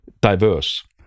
diverse